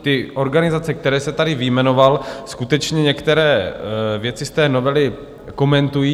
Ty organizace, které jste tady vyjmenoval, skutečně některé věci z té novely komentují.